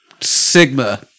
Sigma